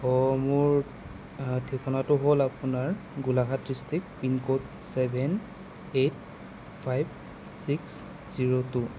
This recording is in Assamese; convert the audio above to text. অঁ মোৰ ঠিকনাটো হ'ল আপোনাৰ Golaghat district pincode seven eight five six zero two